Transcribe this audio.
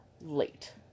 late